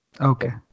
Okay